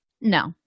No